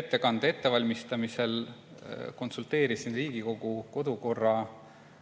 Ettekande ettevalmistamisel konsulteerisin Riigikogu kodu- ja